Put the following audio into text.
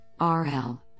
RL